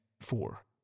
four